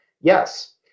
Yes